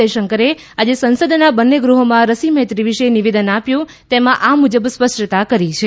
જયશંકરે આજે સંસદના બંને ગૃહોમાં રસી મૈત્રી વિશે નિવેદન આપ્યું તેમાં આ મુશ્બ સ્પષ્ટતા કરી છે